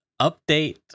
update